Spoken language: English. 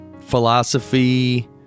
philosophy